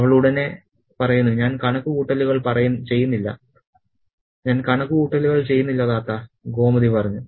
അവൾ ഉടനെ പറയുന്നു ഞാൻ കണക്കുകൂട്ടലുകൾ ചെയ്യുന്നില്ല താത്ത ഗോമതി പറഞ്ഞു